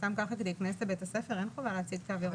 סתם כך להיכנס לבית הספר, אין חובה להציג תו ירוק.